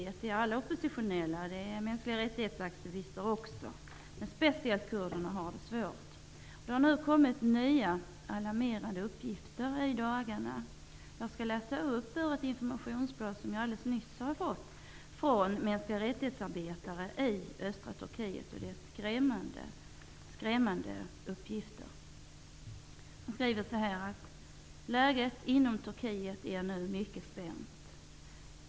Det gäller alla oppositionella, t.ex. aktivister som arbetar för mänskliga rättigheter. Men speciellt kurderna har det svårt. Det har nu i dagarna kommit nya alarmerande uppgifter. Jag skall läsa upp ett informationsblad som jag har fått alldeles nyss från MR-arbetare i östra Turkiet. Det är skrämmande uppgifter. ''Läget inom Turkiet är mycket spänt.